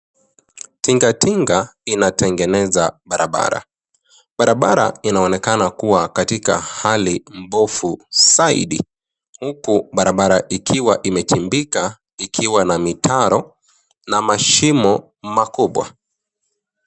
Tingatinga inatengeneza barabara, barabara inaonekana kuwa katika hali mbovu zaidi, huku barabara ikiwa imechibika, ikiwa na mitaro na mashimo makubwa.